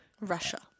Russia